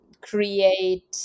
create